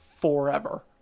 forever